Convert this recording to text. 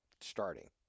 starting